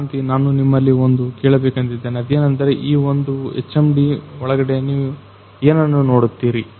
ಕ್ರಾಂತಿ ನಾನು ನಿಮ್ಮಲ್ಲಿ ಒಂದು ಕೇಳ ಬೇಕೆಂದಿದ್ದೇನೆ ಅದೇನೆಂದರೆ ಈ ಒಂದು HMD ಒಳಗಡೆ ನೀವು ಏನನ್ನ ನೋಡುತ್ತೀರಿ